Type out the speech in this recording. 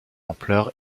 ampleur